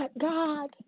God